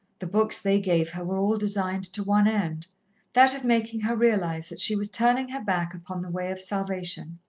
the books they gave her were all designed to one end that of making her realize that she was turning her back upon the way of salvation.